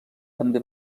també